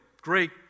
Great